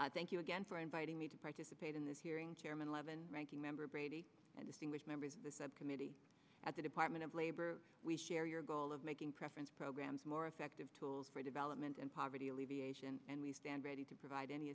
photos thank you again for inviting me to participate in this hearing chairman eleven ranking member brady and distinguished members of the subcommittee at the department of labor we share your goal of making preference programs more effective tools for development and poverty alleviation and we stand ready to provide any